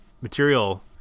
material